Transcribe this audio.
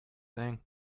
thing